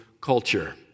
culture